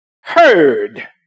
heard